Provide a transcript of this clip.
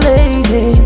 lady